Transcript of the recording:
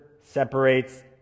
separates